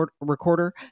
recorder